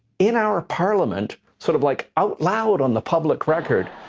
in our parliament, sort of like out loud on the public record,